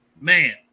man